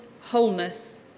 wholeness